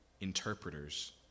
interpreters